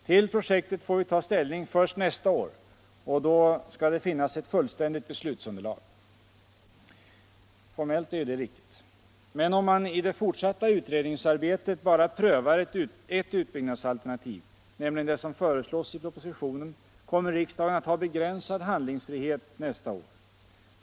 Till projektet får vi ta ställning först nästa år och då skall det finnas ett fullständigt beslutsunderlag. Formellt är det riktigt. Men om man i det fortsatta utredningsarbetet bara prövar ett utbyggnadsalternativ, nämligen det som föreslås i propositionen, kommer riksdagen att ha begränsad handlingsfrihet nästa år.